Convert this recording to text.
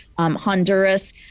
Honduras